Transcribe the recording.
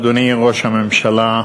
אדוני ראש הממשלה,